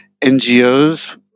NGOs